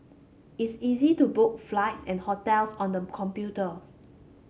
it's easy to book flights and hotels on them computers